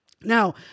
Now